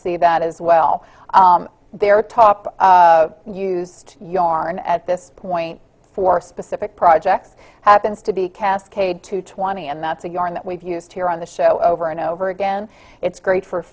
see that as well their top used yarn at this point for specific projects happens to be cascade to twenty and that's the yarn that we've used here on the show over and over again it's great for